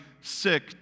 sick